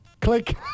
Click